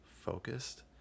focused